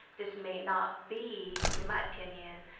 this may not be, in my opinion,